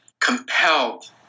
compelled